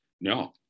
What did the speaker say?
No